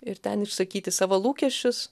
ir ten išsakyti savo lūkesčius